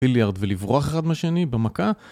ביליארד ולברוח אחד מהשני במכה